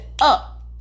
up